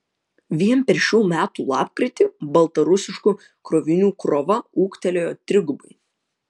vien per šių metų lapkritį baltarusiškų krovinių krova ūgtelėjo trigubai